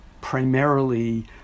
primarily